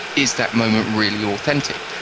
is that moment really authentic?